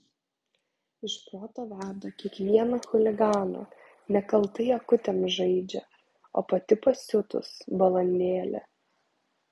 iš proto veda kiekvieną chuliganą nekaltai akutėm žaidžia o pati pasiutus balandėlė